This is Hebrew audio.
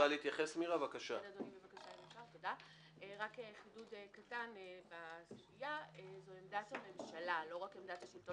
רק חידוד זו גם עמדת הממשלה, לא רק עמדת השלטון